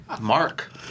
Mark